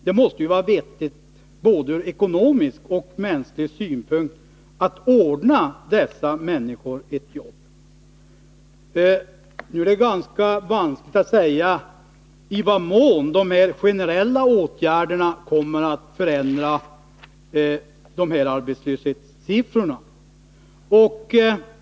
Det måste vara vettigt både ur ekonomisk och ur mänsklig synpunkt att ordna jobb åt dessa människor. Det är ganska vanskligt att säga i vad mån de här generella åtgärderna kommer att förändra arbetslöshetssiffrorna.